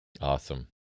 Awesome